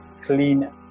clean